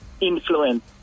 influence